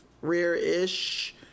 rare-ish